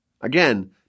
Again